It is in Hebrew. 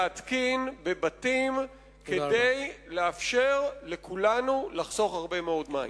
להתקין אותם בבתים כדי לאפשר לכולנו לחסוך הרבה מאוד מים.